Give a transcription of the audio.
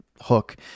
hook